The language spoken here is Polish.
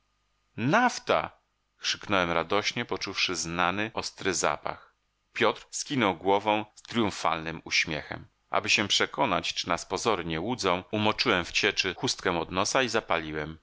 nafta krzyknąłem radośnie poczuwszy znany ostry zapach piotr skinął głową z tryumfalnym uśmiechem aby się przekonać czy nas pozory nie łudzą umoczyłem w cieczy chustkę od nosa i zapaliłem